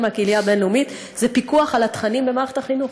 מהקהילה הבין-לאומית זה פיקוח על התכנים במערכת החינוך.